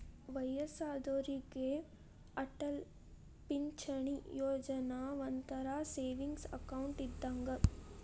ವಯ್ಯಸ್ಸಾದೋರಿಗೆ ಅಟಲ್ ಪಿಂಚಣಿ ಯೋಜನಾ ಒಂಥರಾ ಸೇವಿಂಗ್ಸ್ ಅಕೌಂಟ್ ಇದ್ದಂಗ